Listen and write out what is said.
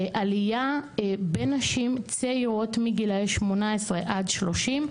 עלייה בנשים צעירות מגילאי 18 עד 30,